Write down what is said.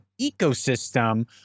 ecosystem